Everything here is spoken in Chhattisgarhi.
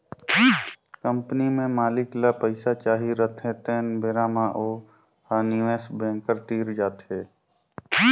कंपनी में मालिक ल पइसा चाही रहथें तेन बेरा म ओ ह निवेस बेंकर तीर जाथे